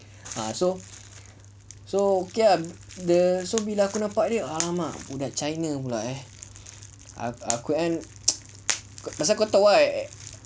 ah so so okay ah dia so bila aku nampak dia !alamak! budak china pula eh aku ingatkan pasal kau tahu